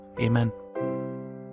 Amen